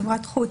חברת חוץ),